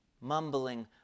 mumbling